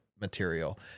material